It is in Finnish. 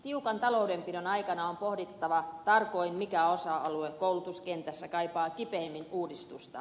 tiukan taloudenpidon aikana on pohdittava tarkoin mikä osa alue koulutuskentässä kaipaa kipeimmin uudistusta